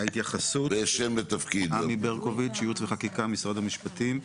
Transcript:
עמי ברקוביץ ייעוץ וחקיקה משרד המשפטים.